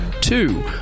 Two